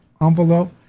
envelope